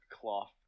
cloth